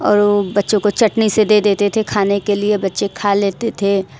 और वो बच्चों को चटनी से दे देते थे खाने के लिए बच्चे खा लेते थे